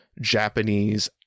Japanese